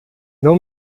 não